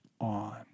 on